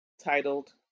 titled